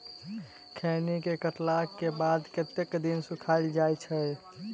खैनी केँ काटला केँ बाद कतेक दिन सुखाइल जाय छैय?